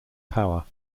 power